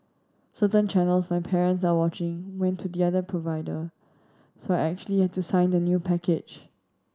certain channels my parents are watching went to the other provider so I actually had to sign the new package